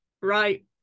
right